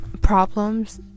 problems